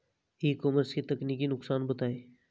ई commerce के तकनीकी नुकसान बताएं?